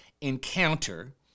encounter